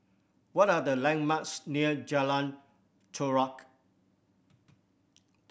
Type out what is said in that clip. what are the landmarks near Jalan Chorak